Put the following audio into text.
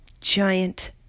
giant